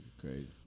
crazy